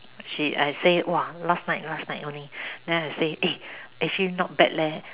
she I say !wah! last night last night only then I say eh actually not bad leh